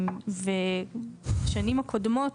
ובשנים הקודמות,